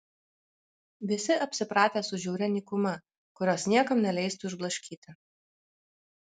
visi apsipratę su žiauria nykuma kurios niekam neleistų išblaškyti